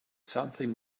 something